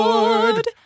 Lord